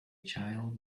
child